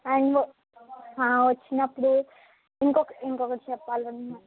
యాన్వొ వచ్చినప్పుడు ఇంకొక ఇంకొకటి చెప్పాలా